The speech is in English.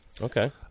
Okay